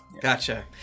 gotcha